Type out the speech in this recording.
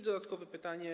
Dodatkowe pytanie.